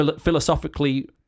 philosophically